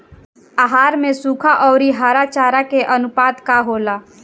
आहार में सुखा औरी हरा चारा के आनुपात का होला?